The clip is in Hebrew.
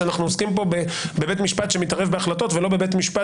שאנחנו עוסקים פה בבית משפט שמתערב בהחלטות ולא בבית משפט